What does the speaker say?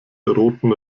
roten